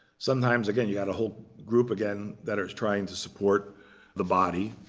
sometimes, again, you got a whole group, again, that are trying to support the body.